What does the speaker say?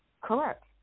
Correct